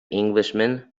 englishman